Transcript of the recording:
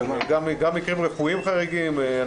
גם מקרים רפואיים חריגים.